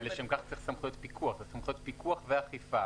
לשם כך צריך סמכויות פיקוח, סמכויות פיקוח ואכיפה.